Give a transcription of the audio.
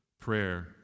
prayer